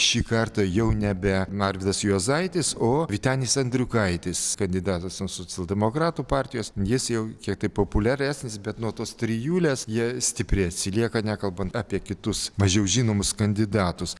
šį kartą jau nebe arvydas juozaitis o vytenis andriukaitis kandidatas nuo socialdemokratų partijos jis jau kiek tai populiaresnis bet nuo tos trijulės jie stipriai atsilieka nekalbant apie kitus mažiau žinomus kandidatus